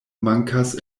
mankas